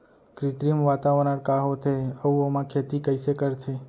कृत्रिम वातावरण का होथे, अऊ ओमा खेती कइसे करथे?